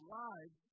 lives